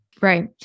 Right